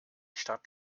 stadt